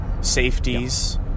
safeties